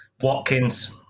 Watkins